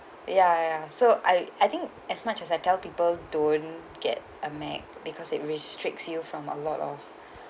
ya ya so I I think as much as I tell people don't get a mac because it restricts you from a lot of